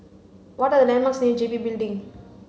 what are the landmarks near G B Building